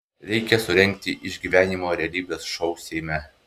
reikia surengti išgyvenimo realybės šou seime